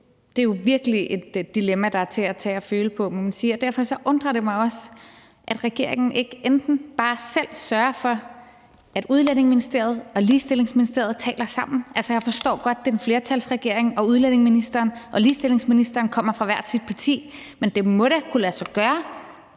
Det er jo virkelig et dilemma, der er til at tage og føle på, må man sige, og derfor undrer det mig også, at regeringen ikke bare selv sørger for, at Udlændingeministeriet og Ligestillingsministeriet taler sammen. Altså, jeg forstår godt, at det er en flertalsregering, og at udlændingeministeren og ligestillingsministeren kommer fra hver sit parti, men det må da kunne lade sig gøre,